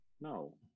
No